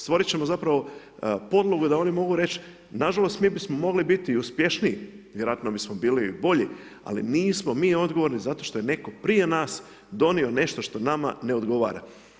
Stvoriti ćemo zapravo podlogu da oni mogu reći, nažalost, mi bismo mogli biti uspješniji, vjerojatno bismo bili bolji, ali nismo mi odgovorni, zato što je netko prije nas, donio nešto što nama ne odgovara.